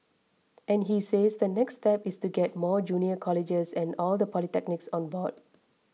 and he says the next step is to get more junior colleges and all the polytechnics on board